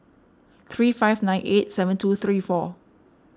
three five nine eight seven two three four